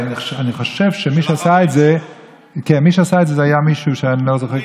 אבל אני חושב שמי שעשה את זה היה מישהו שאני לא זוכר,